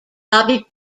bobby